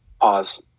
Pause